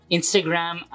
Instagram